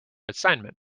assignment